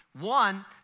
One